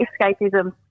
escapism